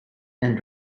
and